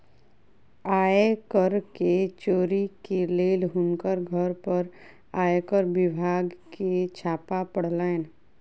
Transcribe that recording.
आय कर के चोरी के लेल हुनकर घर पर आयकर विभाग के छापा पड़लैन